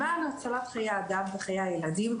למען הצלת חיי אדם וחיי ילדים,